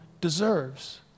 deserves